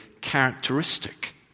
characteristic